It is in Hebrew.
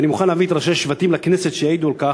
ואני מוכן להביא את ראשי השבטים לכנסת שיעידו על כך,